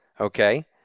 okay